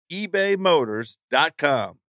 ebaymotors.com